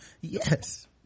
Yes